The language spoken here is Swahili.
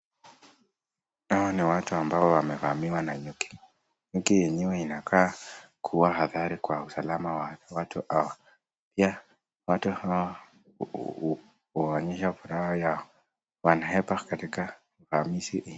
Hawa ni watu ambaye wamevamiwa na nyuki, nyuki enyewe inakaa kuwa hatari sana kwa watu hawa, pia watu hawa huonyesha furaha yao wanahepa katika uhamisi hii.